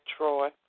Troy